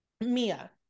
Mia